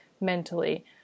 mentally